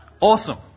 awesome